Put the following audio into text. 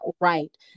right